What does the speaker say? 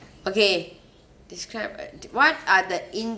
okay describe at what are the